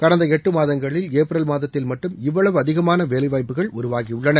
கடந்த எட்டு மாதங்களில் ஏப்ரல் மாதத்தில் மட்டும் இவ்வளவு அதிகமான வேலைவாய்ப்புகள் உருவாகியுள்ளன